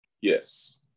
Yes